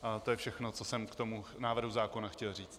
To je všechno, co jsem k tomu návrhu zákona chtěl říct.